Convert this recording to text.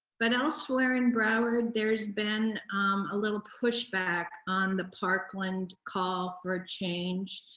but, elsewhere in broward, there has been a little push back on the parkland call for ah change,